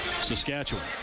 Saskatchewan